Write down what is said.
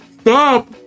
Stop